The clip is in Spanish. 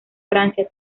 francia